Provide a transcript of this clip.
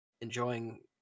enjoying